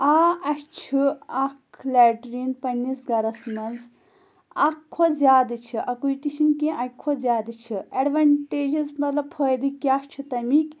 آ اَسہِ چھُ اَکھ لیٹریٖن پنٛنِس گَرَس منٛز اَکھ کھۄتہٕ زیادٕ چھِ اَکُے تہِ چھِنہٕ کیٚنٛہہ اَکہِ کھۄتہٕ زیادٕ چھِ اٮ۪ڈوٮ۪نٹیجٕز مطلب فٲیدٕ کیٛاہ چھِ تَمِکۍ